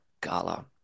Gala